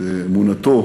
את אמונתו